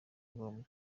ngombwa